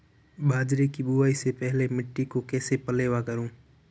बाजरे की बुआई से पहले मिट्टी को कैसे पलेवा करूं?